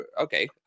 okay